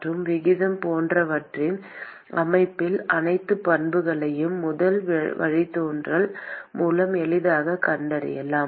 மற்றும் விகிதம் போன்றவற்றின் அடிப்படையில் அனைத்து பண்புகளையும் முதல் வழித்தோன்றல் மூலம் எளிதாகக் கண்டறியலாம்